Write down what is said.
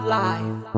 life